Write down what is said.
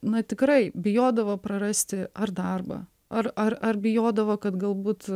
na tikrai bijodavo prarasti ar darbą ar ar ar bijodavo kad galbūt